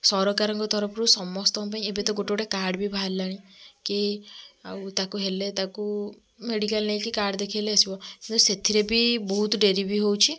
ସରକାରଙ୍କ ତରଫରୁ ସମସ୍ତଙ୍କ ପାଇଁ ଏବେ ତ ଗୋଟେ ଗୋଟେ କାର୍ଡ଼ ବି ବାହାରିଲାଣି କି ଆଉ ତାକୁ ହେଲେ ତାକୁ ମେଡ଼ିକାଲ୍ ନେଇକି କାର୍ଡ଼ ଦେଖେଇଲେ ଆସିବ ସେଥିରେ ବି ବହୁତ ଡ଼େରି ବି ହେଉଛି